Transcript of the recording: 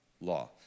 law